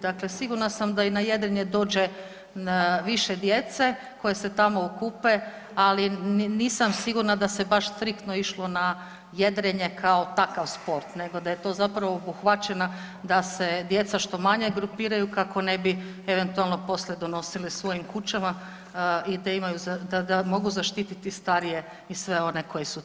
Dakle, sigurna sam da i na jedrenje dođe više djece koja se tamo okupe, ali nisam sigurna da se baš striktno išlo na jedrenje kao takav sport, nego da je to zapravo obuhvaćena da se djeca što manje grupiraju kako ne bi eventualno poslije donosili svojim kućama i da mogu zaštiti starije i sve one koji su tamo.